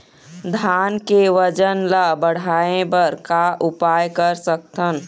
धान के वजन ला बढ़ाएं बर का उपाय कर सकथन?